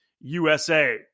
USA